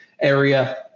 area